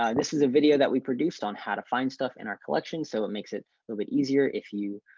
um this is a video that we produced on how to find stuff in our collection. so, it makes it a little bit easier if you